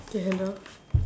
okay hello